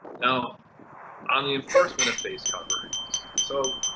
now on the enforcement of face coverings. so,